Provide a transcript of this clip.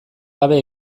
gabe